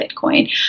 Bitcoin